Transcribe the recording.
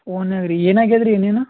ಫೋನಿನಾಗ ರೀ ಏನಾಗಿದೆ ರೀ ಇಂಜಿನು